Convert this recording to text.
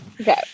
Okay